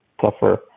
tougher